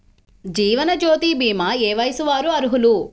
జీవనజ్యోతి భీమా ఏ వయస్సు వారు అర్హులు?